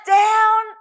down